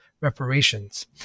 reparations